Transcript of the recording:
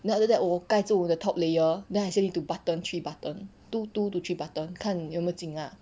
then after that 我盖住我的 top layer then I still need to button three button two two to three button 看有没有紧 ah